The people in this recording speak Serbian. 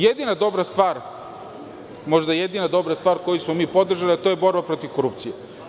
Jedina dobra stvar, možda jedina dobra stvar koju smo mi podržali je borba protiv korupcije.